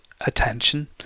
attention